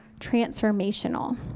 transformational